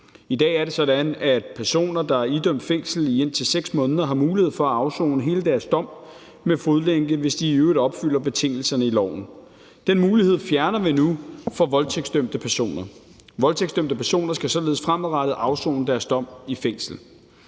I dag er det sådan, at personer, der er idømt fængsel i indtil 6 måneder, har mulighed for at afsone hele deres dom med fodlænke, hvis de i øvrigt opfylder betingelserne i loven. Den mulighed fjerner vi nu for voldtægtsdømte personer. Voldtægtsdømte personer skal således fremadrettet afsone deres dom i fængsel.